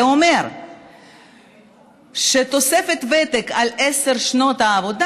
זה אומר שתוספת ותק על עשר שנות העבודה,